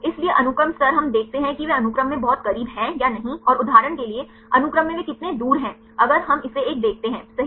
इसलिए अनुक्रम स्तर हम देखते हैं कि वे अनुक्रम में बहुत करीब हैं या नहीं और उदाहरण के लिए अनुक्रम में वे कितने दूर हैं अगर हम इसे एक देखते हैं सही